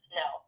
no